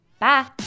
Bye